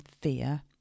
fear